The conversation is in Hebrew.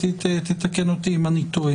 משפחה.